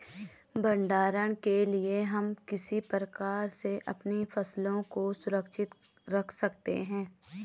भंडारण के लिए हम किस प्रकार से अपनी फसलों को सुरक्षित रख सकते हैं?